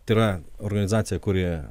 tai yra organizacija kuri